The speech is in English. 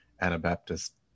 Anabaptist